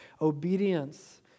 Obedience